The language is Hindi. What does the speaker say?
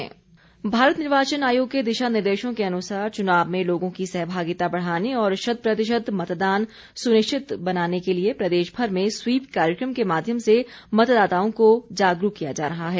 खीप कार्यक्रम भारत निर्वाचन आयोग के दिशा निर्देशों के अनुसार चुनाव में लोगों की सहभागिता बढ़ाने और शत प्रतिशत मतदान सुनिश्चित बनाने के लिए प्रदेश भर में स्वीप कार्यक्रम के माध्यम से मतदाताओं को जागरूक किया जा रहा है